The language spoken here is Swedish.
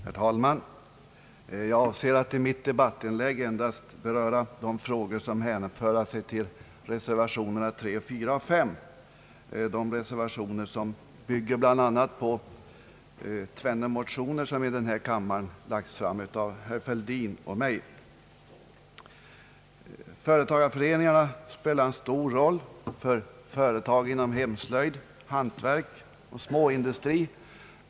Herr talman! Jag avser att i mitt debattinlägg endast beröra de frågor som hänför sig till reservationerna 3, 4 och 5, de reservationer som bl.a. bygger på två motioner vilka i denna kammare framlagts av herr Fälldin och mig. Företagareföreningarna spelar en stor roll för företag inom hemslöjd, hantverk och småindustri.